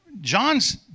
John's